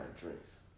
drinks